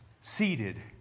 seated